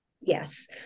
Yes